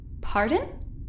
Pardon